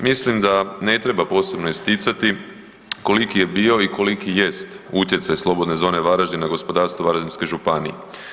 Mislim da ne treba posebno isticati koliki je bio i koliki jest utjecaj Slobodne zone Varaždin na gospodarstvo Varaždinske županije.